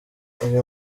uyu